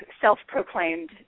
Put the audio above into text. self-proclaimed